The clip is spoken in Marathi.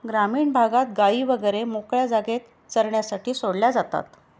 ग्रामीण भागात गायी वगैरे मोकळ्या जागेत चरण्यासाठी सोडल्या जातात